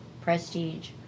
prestige